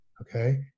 okay